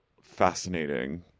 fascinating